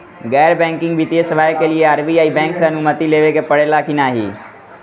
गैर बैंकिंग वित्तीय सेवाएं के लिए आर.बी.आई बैंक से अनुमती लेवे के पड़े ला की नाहीं?